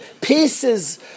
pieces